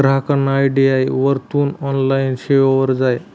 ग्राहकना आय.डी वरथून ऑनलाईन सेवावर जाय